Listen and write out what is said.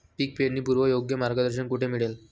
पीक पेरणीपूर्व योग्य मार्गदर्शन कुठे मिळेल?